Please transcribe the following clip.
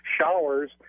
showers